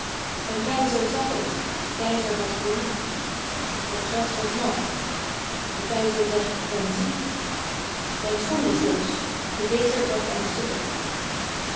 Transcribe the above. een keizer zag t de keizer had koliek het gras was nat de keizer zegt k ben ziek mijn schoen is los de veter brak aan stukken